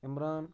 Imran